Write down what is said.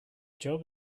job